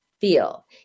feel